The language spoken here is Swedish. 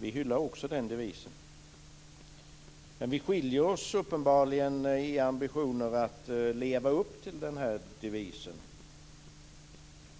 Vi hyllar också den devisen. Men vi skiljer oss uppenbarligen i ambitionen att leva upp till devisen.